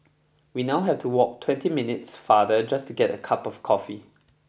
we now have to walk twenty minutes farther just to get a cup of coffee